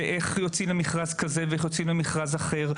ואיך יוצאים למכרז כזה ואיך יוצאים למכרז אחר,